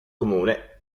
comune